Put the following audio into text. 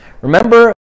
Remember